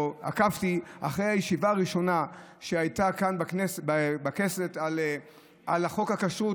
או כשעקבתי אחרי הישיבה הראשונה שהייתה כאן בכנסת על חוק הכשרות,